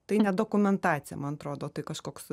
tai ne dokumentacija man atrodo tai kažkoks